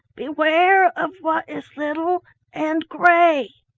beware of what is little and gray.